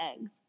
eggs